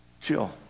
Chill